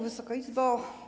Wysoka Izbo!